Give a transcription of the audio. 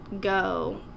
go